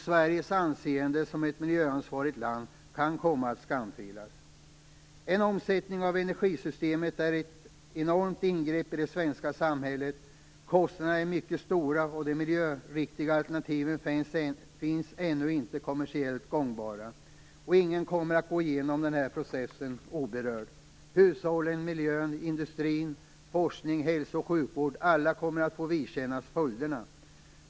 Sveriges anseende som ett miljöansvarigt land kan komma att skamfilas. En omställning av energisystem är ett enormt ingrepp i det svenska samhället. Kostnaderna är mycket stora, och de miljöriktiga alternativen finns ännu inte kommersiellt gångbara. Ingen kommer att gå oberörd genom processen. Hushållen, miljön, industrin, forskningen och hälso och sjukvården kommer alla att få vidkännas följderna.